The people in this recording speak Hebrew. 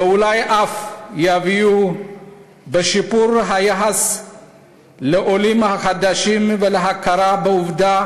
ואולי אף יביאו לשיפור היחס לעולים החדשים ולהכרה בעובדה